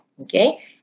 okay